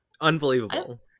Unbelievable